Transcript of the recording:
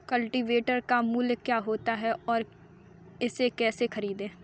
Cultivator का मूल्य क्या है और इसे कैसे खरीदें?